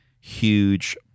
huge